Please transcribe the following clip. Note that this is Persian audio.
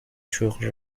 شغل